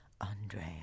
Andrea